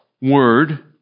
word